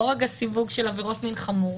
לא רק הסיווג של עבירות מין חמורות.